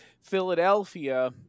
Philadelphia